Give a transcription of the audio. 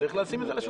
צריך להשיג אותם.